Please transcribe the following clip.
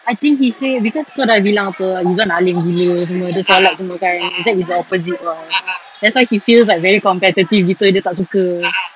I think he said because kau dah bilang apa izuan alim gila semua dia solat semua kan zack is the opposite [what] that's why he feels like very competitive gitu dia tak suka